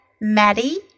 Maddie